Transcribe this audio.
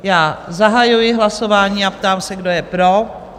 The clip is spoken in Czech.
Já zahajuji hlasování a ptám se, kdo je pro?